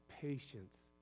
patience